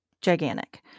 gigantic